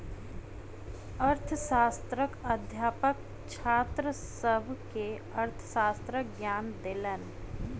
अर्थशास्त्रक अध्यापक छात्र सभ के अर्थशास्त्रक ज्ञान देलैन